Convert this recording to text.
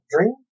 dream